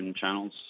channels